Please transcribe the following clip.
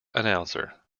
announcer